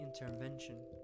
intervention